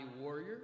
warrior